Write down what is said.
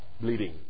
bleeding